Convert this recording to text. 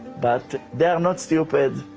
but they are not stupid,